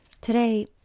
Today